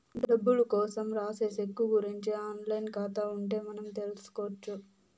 డబ్బులు కోసం రాసే సెక్కు గురుంచి ఆన్ లైన్ ఖాతా ఉంటే మనం తెల్సుకొచ్చు